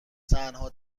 تنها